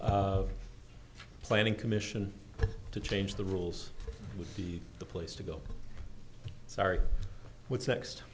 of planning commission to change the rules would be the place to go sorry what's next